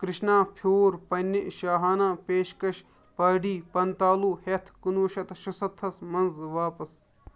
کرِشنا پھیوٗر پننہِ شاہانہ پیشکش پاڑی پنتالوٗ ہیتھ کُنوُہ شیٚتھ شُُستھس منٛز واپس